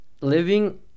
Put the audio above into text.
Living